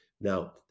Now